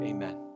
Amen